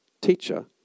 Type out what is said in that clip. Teacher